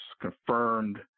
confirmed